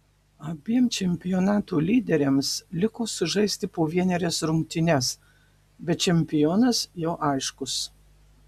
abiem čempionato lyderiams liko sužaisti po vienerias rungtynes bet čempionas jau aiškus